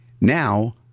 now